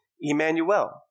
Emmanuel